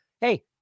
Hey